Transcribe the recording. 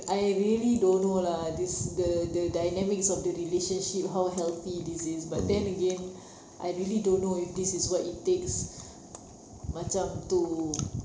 I really don't know lah this the the dynamics of the relationship how healthy this is but then again I really don't know if this is what it takes macam to